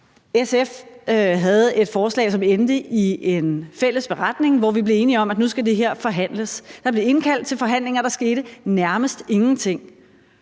SF havde et forslag, som endte i en fælles beretning, hvor vi blev enige om, at der nu skulle forhandles om det her. Der blev indkaldt til forhandlinger, men der skete nærmest ingenting.